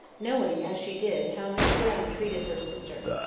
knowing, as she did, how miss brown treated her sister.